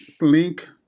Link